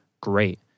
great